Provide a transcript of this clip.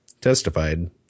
testified